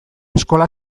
eskola